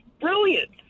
brilliant